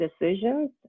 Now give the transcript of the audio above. decisions